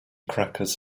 crackers